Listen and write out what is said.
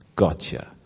Gotcha